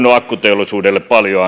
on paljon